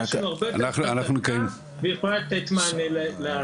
הרפואה שלנו הרבה יותר חזקה ויכולה לתת מענה.